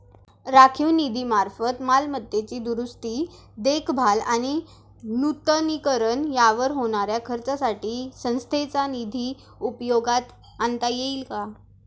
राखीव निधीमार्फत मालमत्तेची दुरुस्ती, देखभाल आणि नूतनीकरण यावर होणाऱ्या खर्चासाठी संस्थेचा निधी उपयोगात आणता येईल का?